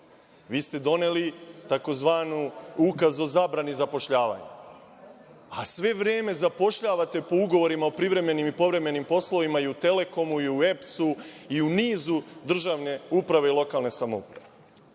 Vi ste doneli tzv. ukaz o zabrani zapošljavanja, a sve vreme zapošljavate po ugovorima o privremenim i povremenim poslovima i u Telekomu i u EPS i u nizu državne uprave i lokalne samouprave.